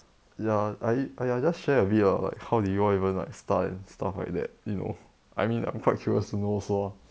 ya !aiya! just share a bit ah like how did you all even like start and stuff like that you know I mean I'm quite sure 是 no 说